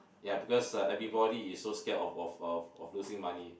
ya because uh everybody is so scared of of of losing money